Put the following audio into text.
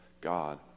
God